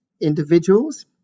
individuals